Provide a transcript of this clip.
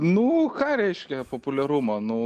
nu ką reiškia populiarumo nu